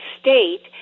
state